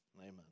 Amen